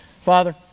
Father